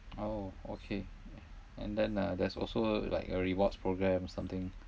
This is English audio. oh okay and then uh there's also like a rewards programme or something